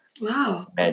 Wow